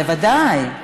בוודאי.